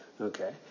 Okay